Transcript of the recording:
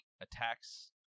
attacks